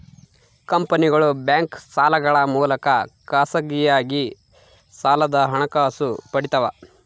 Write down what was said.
ಕಂಪನಿಗಳು ಬ್ಯಾಂಕ್ ಸಾಲಗಳ ಮೂಲಕ ಖಾಸಗಿಯಾಗಿ ಸಾಲದ ಹಣಕಾಸು ಪಡಿತವ